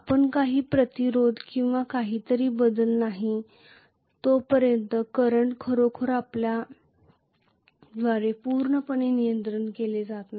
आपण काही प्रतिरोध किंवा काहीतरी बदलत नाही तोपर्यंत करंट खरोखर आपल्याद्वारे पूर्णपणे नियंत्रित केले जात नाही